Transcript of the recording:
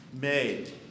made